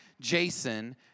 Jason